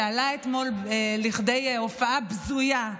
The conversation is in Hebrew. שעלה אתמול לכדי הופעה בזויה,